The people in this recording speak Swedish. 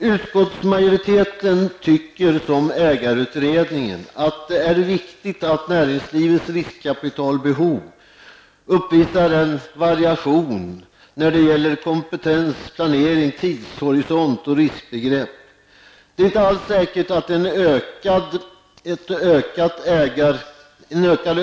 Utskottsmajoriteten anser liksom ägarutredningen att det är viktigt att näringslivets riskkapitalkällor uppvisar variation när det gäller kompetens, placering, tidshorisont och riskbenägenhet. Det är inte alls säkert att en ökad